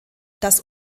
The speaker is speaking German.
das